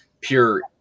pure